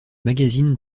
magazine